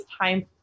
time